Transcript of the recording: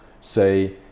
say